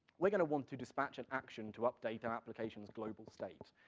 we're gonna want to dispatch an action to update our application's global state.